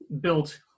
built